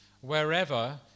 wherever